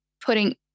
putting